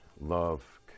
love